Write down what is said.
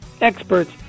experts